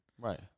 Right